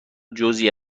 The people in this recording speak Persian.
جزعی